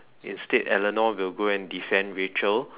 instead Eleanor will go and defend Rachel